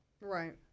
Right